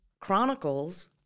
chronicles